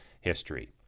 history